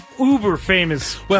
uber-famous